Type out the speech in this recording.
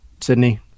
Sydney